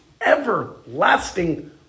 everlasting